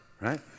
right